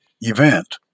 event